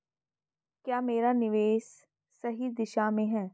क्या मेरा निवेश सही दिशा में है?